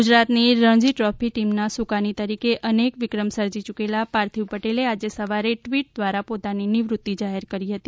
ગુજરાતની રણજી ટ્રોફી ટીમના સુકાની તરીકે અનેક વિક્રમ સર્જી ચૂકેલા પાર્થિવ પટેલે આજે સવારે ટ્વિટ દ્વારા પોતાની નિવૃતિ જાહેર કરી હતી